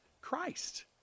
Christ